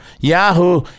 Yahoo